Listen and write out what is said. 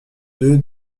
deux